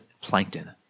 plankton